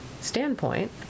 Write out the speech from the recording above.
standpoint